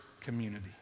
community